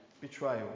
betrayal